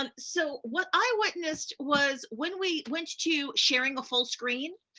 um so what i witnessed was, when we went to sharing a full screen,